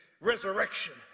resurrection